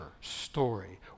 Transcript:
story